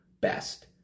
best